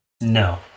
No